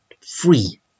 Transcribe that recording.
free